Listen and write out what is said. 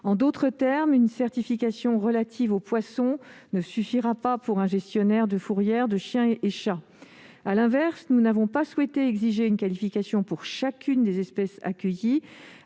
En d'autres termes, une certification relative aux poissons ne suffira pas pour un gestionnaire de fourrière de chiens et chats. À l'inverse, nous n'avons pas souhaité exiger une qualification pour chacune des espèces accueillies.